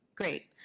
great.